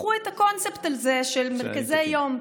ופתחו את הקונספט הזה של מרכזי יום.